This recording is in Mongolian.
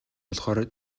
болохоор